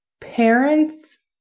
Parents